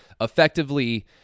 effectively